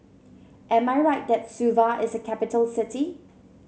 am I right that Suva is a capital city